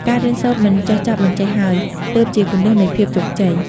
ការរៀនសូត្រមិនចេះចប់មិនចេះហើយ ទើបជាគន្លឹះនៃភាពជោគជ័យ។